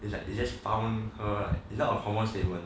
it's like you just found her like is that a common statement